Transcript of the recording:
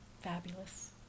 Fabulous